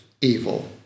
evil